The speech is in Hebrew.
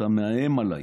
שאתה מאיים עליי,